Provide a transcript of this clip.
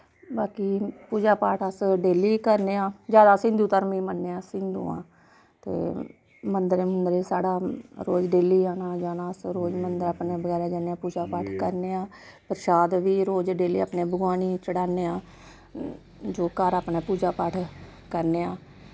बाकि पूजा पाठ अस डेल्ली करने आं जैदा अस हिन्दु धर्म गी मनने आं अस हिन्दु आं ते मन्दरें मुन्दरें साढ़ा रोज डेल्ली आना जाना अस रोज मन्दर अपनै वगैरा जन्ने पूजा पाठ करने आं परशाद बी रोज डेल्ली अपने भगवान गी चढ़ाने आं जो घर अपनै पूजा पाठ करने आं